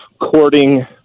courting